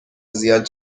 زیاد